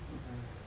okay